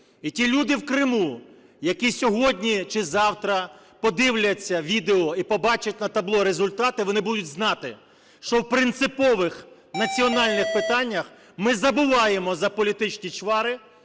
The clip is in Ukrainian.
І ті люди в Криму, які сьогодні чи завтра подивляться відео і побачать на табло результати, вони будуть знати, що в принципових національних питаннях ми забуваємо за політичні чвари